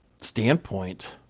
Standpoint